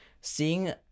seeing